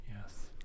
Yes